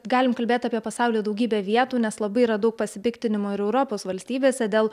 galim kalbėt apie pasaulio daugybę vietų nes labai yra daug pasipiktinimų ir europos valstybėse dėl